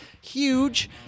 huge